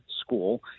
school